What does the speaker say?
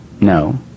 No